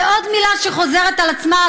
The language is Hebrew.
ועוד מילה שחוזרת על עצמה,